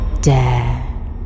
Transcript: dare